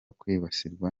kwibasirwa